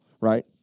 right